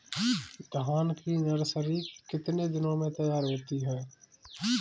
धान की नर्सरी कितने दिनों में तैयार होती है?